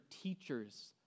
teachers